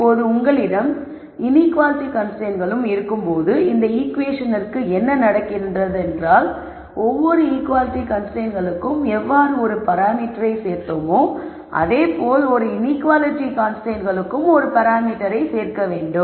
இப்போது உங்களிடம் இன்ஈக்குவாலிட்டி கன்ஸ்ரைன்ட்ஸ்களும் இருக்கும்போது இந்த ஈகுவேஷனிற்கு என்ன நடக்கிறதென்றால் ஒவ்வொரு ஈக்குவாலிட்டி கன்ஸ்ரைன்ட்ஸ்களுக்கும் எவ்வாறு ஒரு பராமீட்டரை சேர்த்தோமோ அதேபோல் ஒவ்வொரு இன்ஈக்குவாலிட்டி கன்ஸ்ரைன்ட்ஸ்களுக்கும் ஒரு அளவுருவைச் சேர்க்கிறோம்